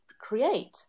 create